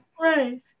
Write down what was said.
Right